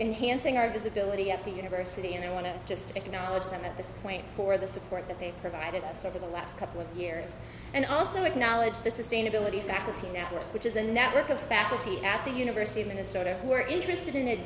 in hansing our visibility at the university and i want to just acknowledge them at this point for the support that they've provided us over the last couple of years and also acknowledge the sistine ability faculty network which is a network of faculty at the university of minnesota who are interested in